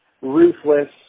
ruthless